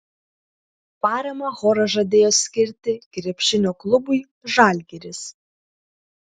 paramą choras žadėjo skirti krepšinio klubui žalgiris